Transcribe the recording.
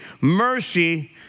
mercy